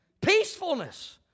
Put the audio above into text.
Peacefulness